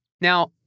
Now